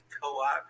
co-op